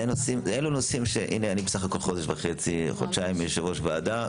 אני בסך הכול חודש וחצי-חודשיים יושב-ראש ועדה,